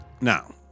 Now